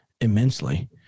immensely